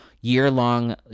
year-long